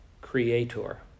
creator